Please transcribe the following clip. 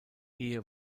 ehe